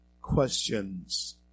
questions